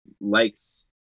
likes